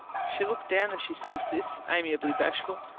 she looked down as she said this, amiably bashful,